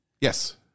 Yes